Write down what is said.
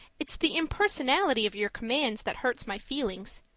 it's the impersonality of your commands that hurts my feelings.